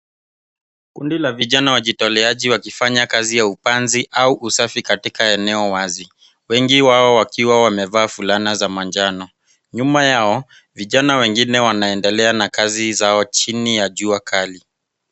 Kundi la vijana wajitoleaji wakifanya kazi ya upanzi au usafi katika eneo wazi wengi wao wakiwa wamevaa fulana za manjano. Nyuma yao vijana wengine wanaendelea na kazi zao chini ya jua kali.